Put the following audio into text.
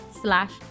slash